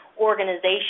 organization